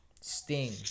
Sting